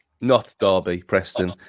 not-Derby-Preston